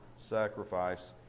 sacrifice